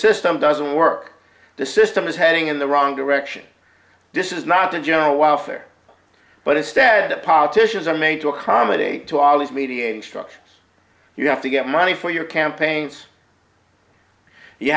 system doesn't work the system is heading in the wrong direction this is not a general welfare but instead the politicians are made to accommodate to ollie's mediating structures you have to get money for your campaigns you